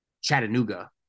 chattanooga